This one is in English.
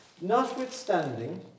notwithstanding